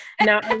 now